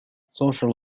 social